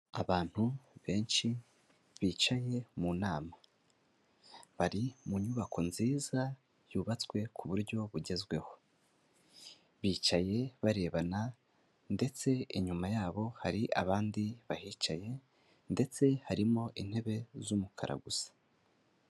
Abantu benshi bicaye mu nama, bari mu nyubako nziza yubatswe ku buryo bugezweho, bicaye barebana ndetse inyuma yabo hari abandi bahicaye ndetse harimo intebe z'umukara gusa.